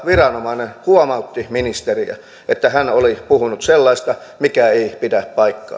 viranomainen huomautti ministeriä että hän oli puhunut sellaista mikä ei pidä paikkaansa